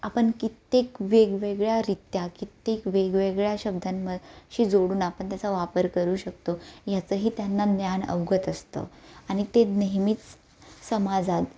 आपण कित्येक वेगवेगळ्यारित्या कित्येक वेगवेगळ्या शब्दां म शी जोडून आपण त्याचा वापर करू शकतो ह्याचंही त्यांना ज्ञान अवगत असतं आणि ते नेहमीच समाजात